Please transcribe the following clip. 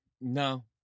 No